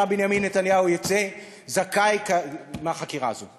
בנימין נתניהו יצא זכאי מהחקירה הזאת.